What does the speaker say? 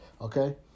okay